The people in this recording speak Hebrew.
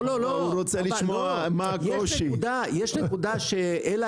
לא, לא, יש נקודה שאלה